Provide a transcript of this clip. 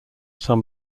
some